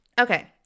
Okay